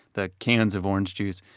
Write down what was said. the cans of orange juice.